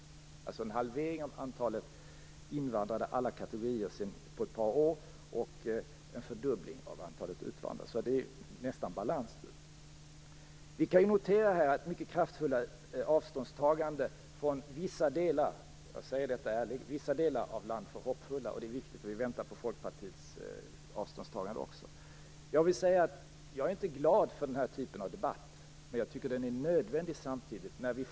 Det är alltså på ett par år en halvering av antalet invandrade alla kategorier och en fördubbling av antalet utvandrade. Det är nästan balans. Vi kan notera ett kraftfullt avståndstagande från vissa delar - jag säger detta ärligt - av Land för hoppfulla. Vi väntar på ett avståndstagande också från Jag är inte glad för den här typen av debatt. Men jag tycker samtidigt att den är nödvändig.